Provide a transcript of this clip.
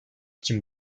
için